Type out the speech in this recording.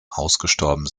ausgestorben